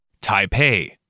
Taipei